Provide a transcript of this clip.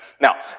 Now